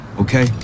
Okay